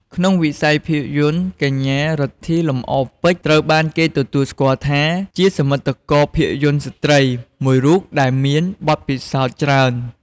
ក្នុងវិស័យភាពយន្ត កញ្ញា រិទ្ធី លំអរពេជ្រ ត្រូវបានគេទទួលស្គាល់ថាជា សមិទ្ធករភាពយន្តស្រ្តី មួយរូបដែលមានបទពិសោធន៍ច្រើន។